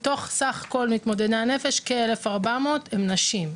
מתוך סך כל מתמודדי הנפש, כ-1,400 הן נשים.